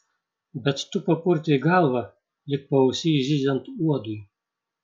bet tu papurtei galvą lyg paausy zyziant uodui